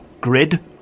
Grid